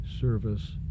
service